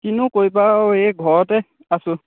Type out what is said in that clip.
কিনো কৰিবা আৰু এই ঘৰতে আছোঁ